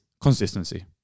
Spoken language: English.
consistency